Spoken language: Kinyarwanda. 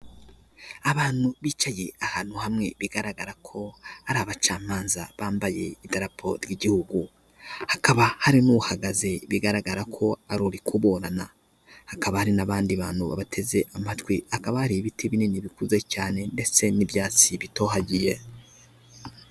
Abantu bicaye ahantu hamwe bigaragara ko hari abacamanza bambaye idarapo ry'igihugu, hakaba harimouhagaze bigaragara ko ari kuburana, hakaba hari n'abandi bantu babateze amatwi akaba ari ibiti binini bikuze cyane ndetse n'ibyatsi bitohagiye.